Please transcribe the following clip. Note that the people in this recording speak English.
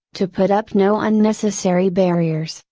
to put up no unnecessary barriers,